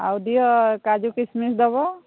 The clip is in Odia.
ଆଉ ଦିଅ କାଜୁ କିସମିସ୍ ଦେବ